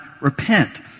repent